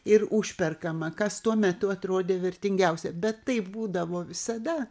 ir užperkama kas tuo metu atrodė vertingiausia bet taip būdavo visada